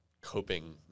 coping